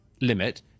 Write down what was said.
limit